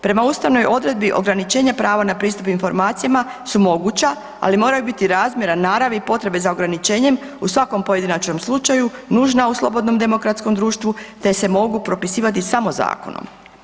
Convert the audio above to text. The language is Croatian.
Prema ustavnoj odredbi ograničenja prava na pristup informacijama su moguća, ali moraju biti razmjerna naravi i potrebe za ograničenjem u svakom pojedinačnom slučaju, nužna u slobodnom demokratskom društvu te se mogu propisivati samo zakonom.